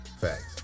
Facts